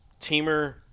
Teamer